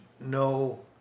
no